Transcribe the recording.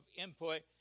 input